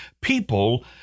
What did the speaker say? people